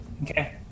Okay